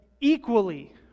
equally